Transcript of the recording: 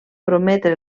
prometre